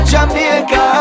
Jamaica